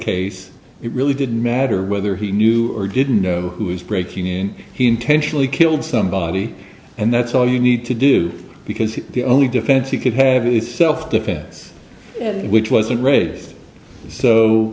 case it really didn't matter whether he knew or didn't know who is breaking in he intentionally killed somebody and that's all you need to do because he's the only defense you could have a self defense which wasn't raised so